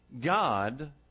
God